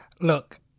Look